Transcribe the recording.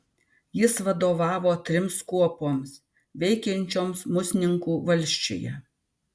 jis vadovavo trims kuopoms veikiančioms musninkų valsčiuje